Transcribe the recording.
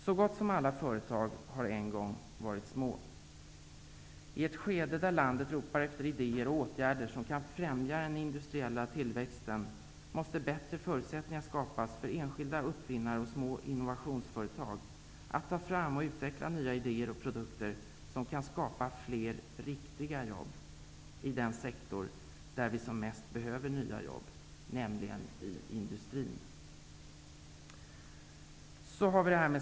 Så gott som alla företag har en gång varit små. I ett skede då landet ropar efter idéer och åtgärder som kan främja den industriella tillväxten måste bättre förutsättningar skapas för enskilda uppfinnare och små innovationsföretag att ta fram och utveckla nya idéer och produkter som kan ge fler riktiga jobb i den sektor där vi som mest behöver nya jobb, nämligen i industrin.